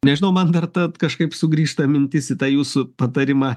nežinau man dar ta kažkaip sugrįžta mintis į tą jūsų patarimą